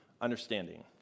understanding